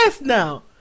now